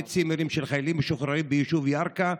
צימרים של חיילים משוחררים ביישוב ירכא,